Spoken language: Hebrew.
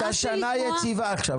נמאס לי לשמוע --- הייתה שנה יציבה עכשיו.